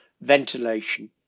ventilation